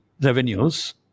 revenues